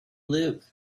live